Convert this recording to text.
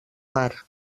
mar